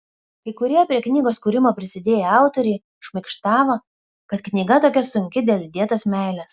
kai kurie prie knygos kūrimo prisidėję autoriai šmaikštavo kad knyga tokia sunki dėl įdėtos meilės